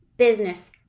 business